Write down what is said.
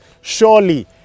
surely